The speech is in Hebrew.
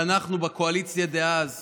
כשאנחנו בקואליציה דאז